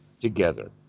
together